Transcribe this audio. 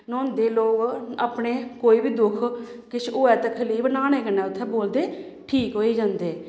न्होंदे लोग अपने कोई बी दुक्ख किश होऐ तकलीफ न्हानै कन्नै उत्थें बोलदे ठीक होई जंदे